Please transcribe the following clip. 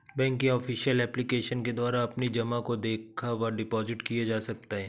bank की official application के द्वारा अपनी जमा को देखा व डिपॉजिट किए जा सकते हैं